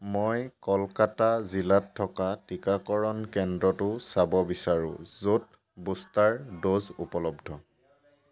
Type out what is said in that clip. মই কলকাতা জিলাত থকা টীকাকৰণ কেন্দ্ৰটো চাব বিচাৰোঁ য'ত বুষ্টাৰ ড'জ উপলব্ধ